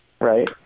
Right